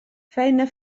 feina